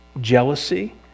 jealousy